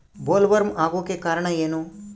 Bollworm ಆಗೋಕೆ ಕಾರಣ ಏನು?